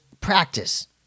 practice